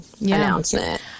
announcement